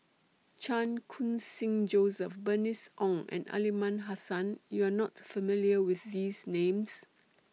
Chan Khun Sing Joseph Bernice Ong and Aliman Hassan YOU Are not familiar with These Names